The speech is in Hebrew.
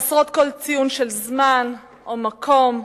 חסרות כל ציון של זמן או מקום,